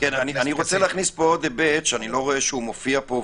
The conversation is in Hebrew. אני רוצה להכניס עוד היבט שלא מופיע פה,